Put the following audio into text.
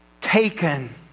taken